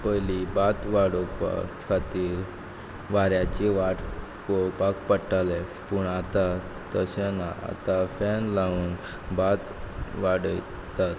पयलीं भात वाडोवपा खातीर वाऱ्याची वाट पोळोवपाक पडटाले पूण आतां तशें ना आतां फॅन लावन भात वाडयतात